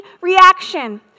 reaction